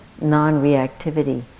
non-reactivity